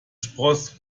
spross